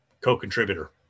co-contributor